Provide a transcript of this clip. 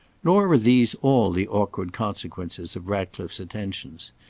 nor were these all the awkward consequences of ratcliffe's attentions.